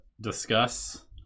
discuss